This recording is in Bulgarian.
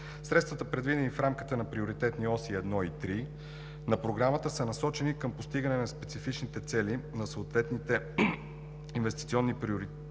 Средствата, предвидени в рамката на Приоритетни оси 1 и 3 на Програмата са насочени към постигане на специфичните цели на съответните инвестиционни приоритети,